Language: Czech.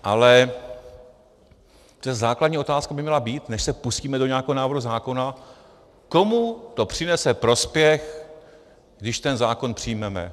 Ale přece základní otázka by měla být, než se pustíme do nějakého návrhu zákona, komu to přinese prospěch, když ten zákon přijmeme.